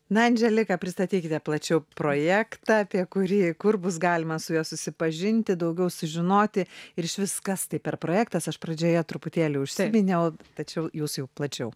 na andželika pristatykite plačiau projektą apie kurį kur bus galima su juo susipažinti daugiau sužinoti ir išvis kas tai per projektas aš pradžioje truputėlį užsiminiau tačiau jūs jau plačiau